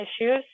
issues